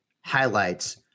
highlights